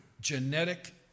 genetic